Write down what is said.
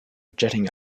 jetting